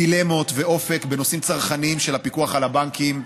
דילמות ואופק בנושאים צרכניים של הפיקוח על הבנקים,